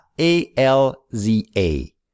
A-L-Z-A